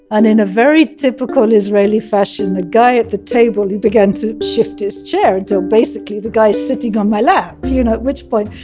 and in a very typical israeli fashion, the guy at the table, he began to shift his chair, until basically the guy's sitting on my lap, you know, at which point,